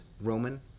Roman